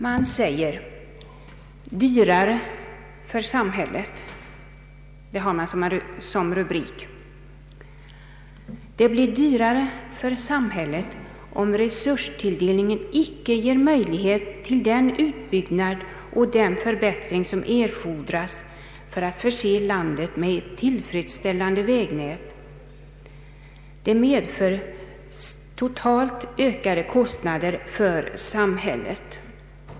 Under rubriken ”Dyrare för samhället” säger man: ”Det blir dyrare för samhället om resurstilldelningen icke ger möjlighet till den utbyggnad och den förbättring som erfordras för att förse landet med ett tillfredsställande vägnät. Det medför totalt ökade kostnader för samhället.